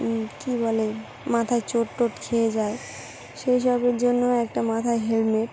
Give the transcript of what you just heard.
কী বলে মাথায় চোট টোট খেয়ে যায় সেই সবের জন্য একটা মাথায় হেলমেট